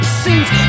scenes